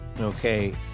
Okay